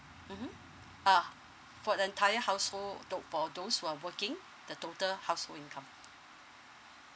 mmhmm ah for the entire household tho~ for those who are working the total household income